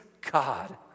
God